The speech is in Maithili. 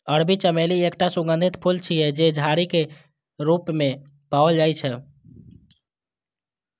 अरबी चमेली एकटा सुगंधित फूल छियै, जे झाड़ी के रूप मे पाओल जाइ छै